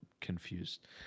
confused